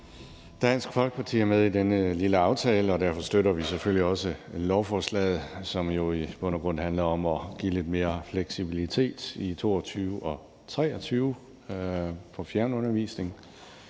Dansk Folkeparti er med i denne lille aftale, og derfor støtter vi selvfølgelig også lovforslaget, som jo i bund og grund handler om at give lidt mere fleksibilitet i 2022/23 i forbindelse med fjernundervisning,